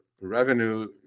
revenue